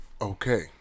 okay